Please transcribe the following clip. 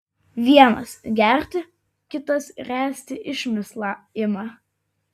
vienas gerti kitas ręsti išmislą ima